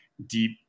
deep